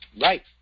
Right